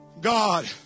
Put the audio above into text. God